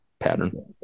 Pattern